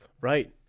Right